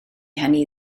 hynny